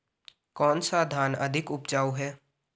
कौन सा धान अधिक उपजाऊ है?